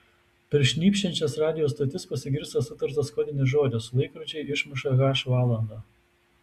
per šnypščiančias radijo stotis pasigirsta sutartas kodinis žodis laikrodžiai išmuša h valandą